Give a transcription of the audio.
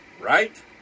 right